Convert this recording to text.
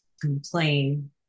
complain